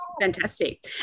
Fantastic